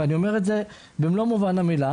ואני אומר את זה במלוא מובן המילה.